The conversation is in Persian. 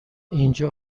اینجا